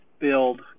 build